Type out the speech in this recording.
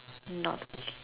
not